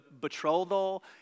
betrothal